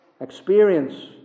experience